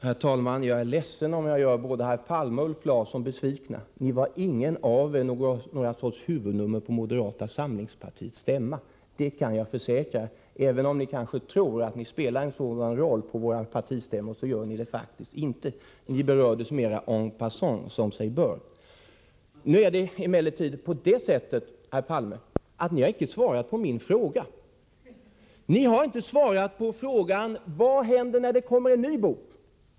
Herr talman! Jag är ledsen om jag gör både herr Palme och Ulf Larsson besvikna. Ingen av er var någon sorts huvudnummer på moderata samlingspartiets stämma — det kan jag försäkra. Även om ni kanske tror att ni spelar en sådan roll på våra partistämmor, så gör ni det faktiskt inte. Ni berördes mera en passant, som sig bör. Nu är det emellertid på det sättet, herr Palme, att ni inte svarat på min fråga. Ni har inte svarat på frågan: Vad händer när det kommer en ny bok?